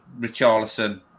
Richarlison